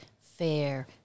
fair